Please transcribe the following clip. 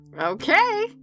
Okay